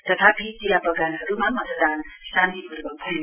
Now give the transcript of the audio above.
तथापि चिया वगानहरूमा मतदान शान्तिपूर्वक भयो